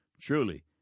Truly